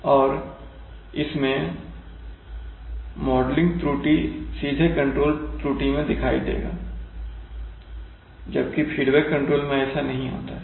और इसमें मॉडलिंग त्रुटि सीधे कंट्रोल त्रुटि में दिखाई देगा जबकि फीडबैक कंट्रोल में ऐसा नहीं होता है